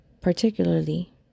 particularly